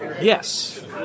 Yes